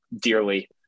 dearly